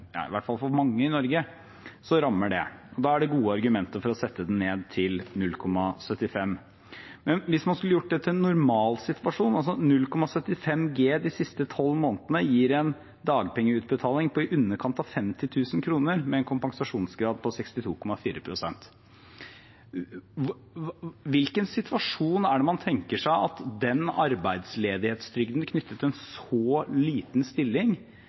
så rammer det. Da er det gode argumenter for å sette den ned til 0,75. Men hvis man skulle gjort det til en normalsituasjon, når 0,75G de siste 12 månedene gir en dagpengeutbetaling på i underkant av 50 000 kr med en kompensasjonsgrad på 62,4 pst, i hvilken situasjon er det man tenker seg at den arbeidsledighetstrygden knyttet til en så liten stilling